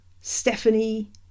Stephanie